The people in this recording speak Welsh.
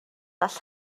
all